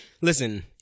listen